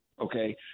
okay